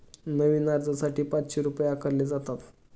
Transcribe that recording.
नवीन अर्जासाठी पाचशे रुपये आकारले जातात